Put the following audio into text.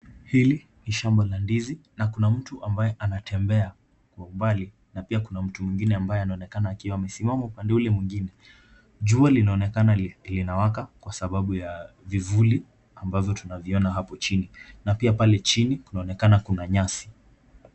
Hii ni shamba la ndizi na kuna mtu ambaye anatembea kwa umbali na pia kuna mtu mwingine ambaye anaonekana akiwa amesimama upande ule mwingine. Jua linaonekana linawaka kwa sababu ya vivuli ambavyo tunaviona hapo chini na pia pale chini kunaonekana kuna nyasi.